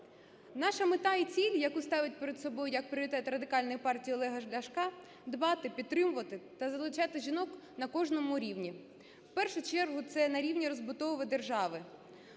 Наша мета і ціль, яку ставить перед собою як пріоритет Радикальної партії Олега Ляшка, - дбати, підтримувати та залучати жінок на кожному рівні, в першу чергу це на рівні розбудови держави.